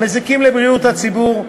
המזיקים לבריאות הציבור.